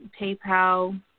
PayPal